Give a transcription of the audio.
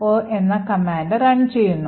o എന്ന command run ചെയ്യുന്നു